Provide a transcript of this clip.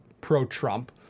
pro-Trump